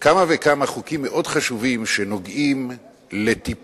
כמה וכמה חוקים מאוד חשובים שנוגעים לטיפול,